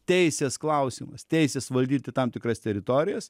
teisės klausimas teisės valdyti tam tikras teritorijas